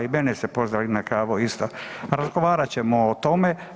I mene ste pozvali na kavu isto, razgovarat ćemo o tome.